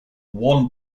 one